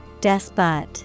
Despot